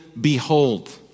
behold